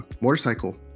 motorcycle